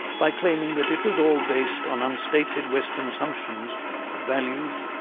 by claiming that it was all based on unstated western assumptions and values,